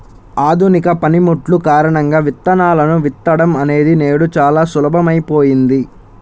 ఆధునిక పనిముట్లు కారణంగా విత్తనాలను విత్తడం అనేది నేడు చాలా సులభమైపోయింది